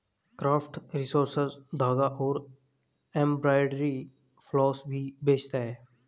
craft resources धागा और embroidery floss भी बेचता है